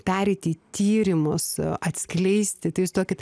pereiti tyrimus atskleisti tais toki